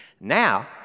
Now